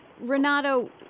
Renato